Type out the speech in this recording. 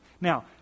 Now